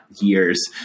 years